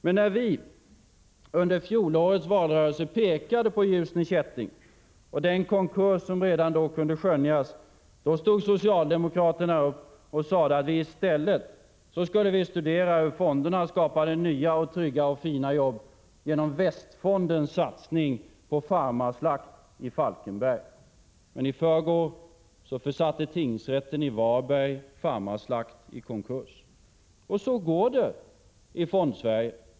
Men när vi under fjolårets valrörelse pekade på Ljusne Kätting och den konkurs som redan då kunde skönjas, stod socialdemokraterna upp och sade att vi i stället skulle studera hur fonderna skapade nya och trygga och fina jobb genom Västfondens satsning på Farmarslakt i Falkenberg. Men i förrgår försatte tingsrätten i Varberg Farmarslakt i konkurs. Så går det i Fondsverige.